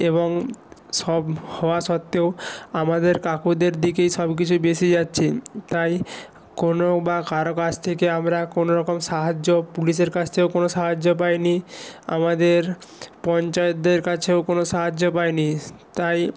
এবং সব হওয়া সত্ত্বেও আমাদের কাকুদের দিকেই সব কিছু বেশি যাচ্ছে তাই কোনো বা কারও কাছ থেকে আমরা কোনো রকম সাহায্য পুলিশের কাছ থেকেও কোনো সাহায্য পাইনি আমাদের পঞ্চায়েতদের কাছেও কোনো সাহায্য পাইনি তাই